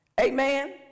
Amen